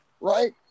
right